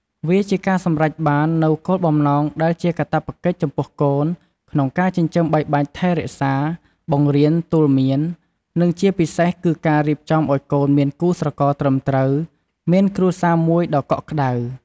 វាជាការសម្រេចបាននូវគោលបំណងដែលជាកាតព្វកិច្ចចំពោះកូន ក្នុងការចិញ្ចឹមបីបាច់ថែរក្សា បង្រៀនទូន្មាន និងជាពិសេសគឺការរៀបចំឲ្យកូនមានគូស្រករត្រឹមត្រូវ មានគ្រួសារមួយដ៏កក់ក្តៅ។